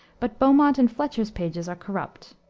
but beaumont and fletcher's pages are corrupt.